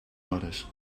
hores